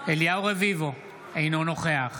אליהו רביבו, אינו נוכח